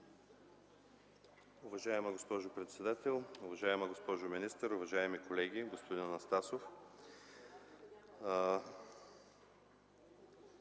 Уважаема госпожо председател, уважаема госпожо министър, уважаеми колеги народни